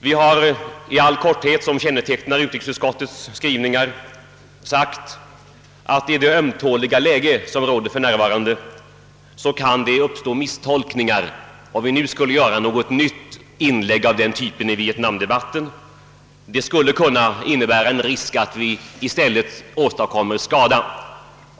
Vi har med den korthet som kännetecknar utskottets skrivningar sagt att i det ömtåliga läge som för närvarande råder kan misstolkningar uppstå, om vi nu fattar det beslut som motionärerna önskar. Det skulle kunna innebära en risk att vi i stället åstadkommer skada.